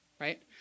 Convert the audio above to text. right